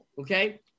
okay